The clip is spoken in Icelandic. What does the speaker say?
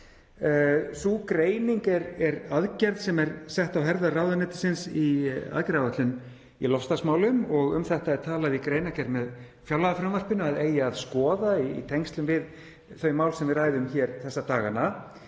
Sú greining er aðgerð sem er sett á herðar ráðuneytisins í aðgerðaáætlun í loftslagsmálum og um það er talað í greinargerð með fjárlagafrumvarpinu að eigi að skoða í tengslum við þau mál sem við ræðum hér þessa dagana.